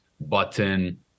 button